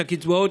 את הקצבאות,